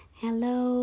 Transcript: hello